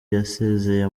yasezeye